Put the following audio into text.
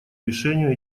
решению